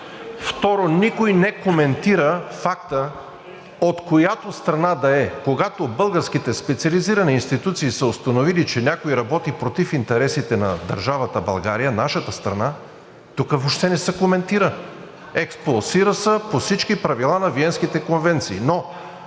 Второ, никой не коментира факта, от която страна да е, когато българските специализирани институции са установили, че някой работи против интересите на държавата България, нашата страна, тук въобще не се коментира – експулсира се по всички правила на Виенските конвенции.